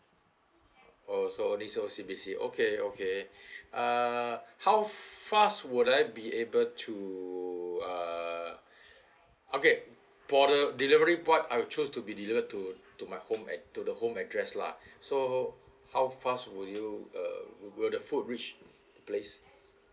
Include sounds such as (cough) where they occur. oh so this O_C_B_C okay okay (breath) err how fast would I be able to err okay for the delivery part I will choose to be delivered to to my home add~ to the home address lah so how fast will you uh will will the food reach place